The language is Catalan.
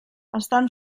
estan